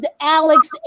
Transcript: Alex